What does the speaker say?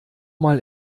mal